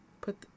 put